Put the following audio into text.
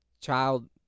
child